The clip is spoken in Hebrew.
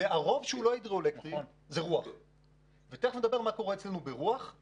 ורוב האנרגיה המתחדשת